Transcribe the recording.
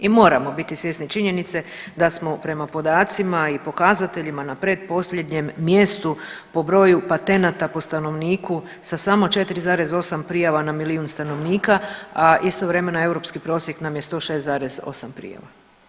I moramo biti svjesni činjenice da smo prema podacima i pokazateljima na pretposljednjem mjestu po broju patenata po stanovniku sa samo 4,8 prijava na milijun stanovnika, a istovremeno, europski prosjek nam je 106,8 prijava.